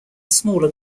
smaller